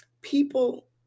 people